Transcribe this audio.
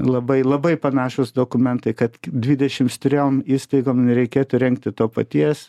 labai labai panašūs dokumentai kad dvidešims trejom įstaigom nereikėtų rengti to paties